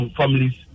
families